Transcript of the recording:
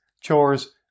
chores